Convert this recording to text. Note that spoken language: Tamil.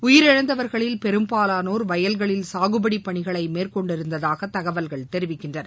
உயிரிழந்தவர்களின் பெரும்பாலனோர் வயல்களில் சாகுபடி பணிகளில் மேற்கொண்டிருந்ததாக தகவல்கள் தெரிவிக்கின்றன